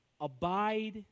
Abide